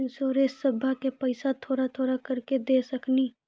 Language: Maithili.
इंश्योरेंसबा के पैसा थोड़ा थोड़ा करके दे सकेनी?